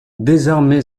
désarmé